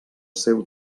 seu